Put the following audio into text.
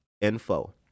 info